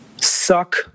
Suck